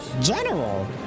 General